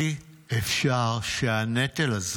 אי-אפשר שהנטל הזה,